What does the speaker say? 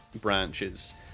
branches